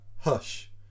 Hush